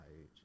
age